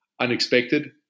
unexpected